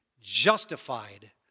justified